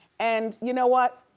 and you know what,